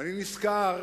ואני נזכר